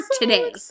today